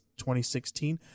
2016